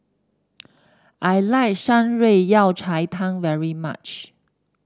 I like Shan Rui Yao Cai Tang very much